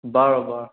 বাৰু বাৰু